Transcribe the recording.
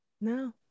No